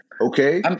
okay